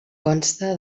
consta